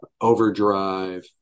Overdrive